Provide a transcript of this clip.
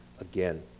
again